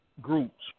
groups